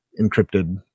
encrypted